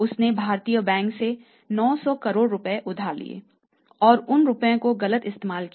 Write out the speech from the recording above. उसने भारतीय बैंकों से 9000 करोड़ रुपये उधार लिए और उन रुपयों का गलत इस्तेमाल किया